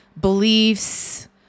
beliefs